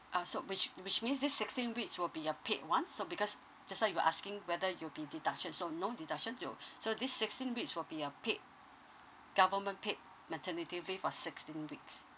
uh so which which means these sixteen weeks will be uh paid ones so because just now you asking whether it'll be deduction so no deduction you so these sixteen weeks will be uh paid government paid maternity leave for sixteen weeks